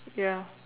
ya